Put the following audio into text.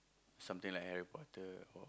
something like Harry-Potter or